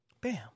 Bam